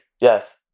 Yes